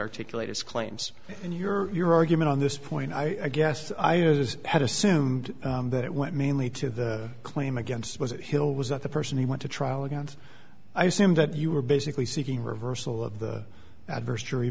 articulate his claims and your argument on this point i guess i had assumed that it went mainly to the claim against hill was that the person who went to trial again and i assume that you were basically seeking reversal of the adverse jury